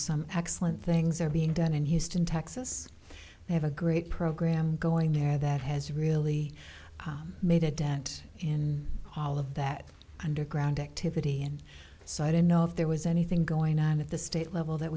some excellent things are being done in houston texas they have a great program going there that has really made a dent in all of that underground activity and so i don't know if there was anything going on at the state level that